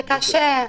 זה קשה.